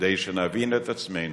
כדי שנבין את עצמנו,